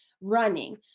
running